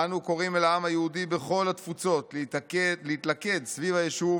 אנו קוראים אל העם היהודי בכל התפוצות להתלכד סביב היישוב